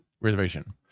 reservation